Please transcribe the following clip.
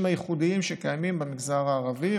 הייחודיים שקיימים גם במגזר הערבי,